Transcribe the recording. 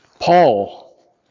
Paul